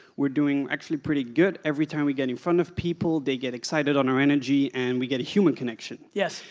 we're doing actually pretty good. every time we get in front of people, they get excited on our energy and we get a human connection. yes.